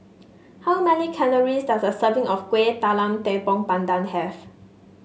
how many calories does a serving of Kuih Talam Tepong Pandan have